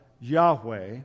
Yahweh